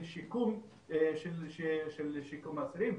של שיקום אסירים,